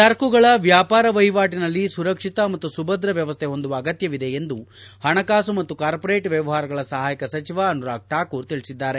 ಸರಕುಗಳ ವ್ಯಾಪಾರ ವಹಿವಾಟನಲ್ಲಿ ಸುರಕ್ಷಿತ ಮತ್ತು ಸುಭದ್ರ ವ್ಯವಸ್ಥೆ ಹೊಂದುವ ಅಗತ್ತವಿದೆ ಎಂದು ಹಣಕಾಸು ಮತ್ತು ಕಾರ್ಪೊರೇಟ್ ವ್ಲವಹಾರಗಳ ಸಹಾಯಕ ಸಚಿವ ಅನುರಾಗ್ ಠಾಕೂರ್ ತಿಳಿಸಿದ್ದಾರೆ